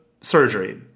surgery